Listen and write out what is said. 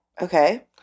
Okay